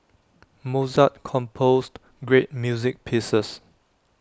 Mozart composed great music pieces